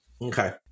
Okay